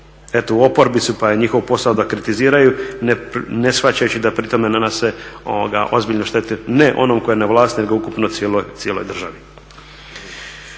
eto u oporbi su pa je njihov posao da kritiziraju, ne shvaćajući da pri tome nanose ozbiljnu štetu ne onom tko je na vlasti, nego ukupno cijeloj državi.